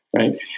right